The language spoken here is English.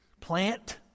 plant